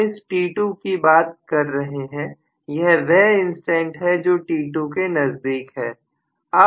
हम इस t2 की बात कर रहे हैं यह वे इंस्टेंट्स है जो t2 के नजदीक है